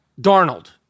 Darnold